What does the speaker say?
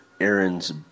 Aaron's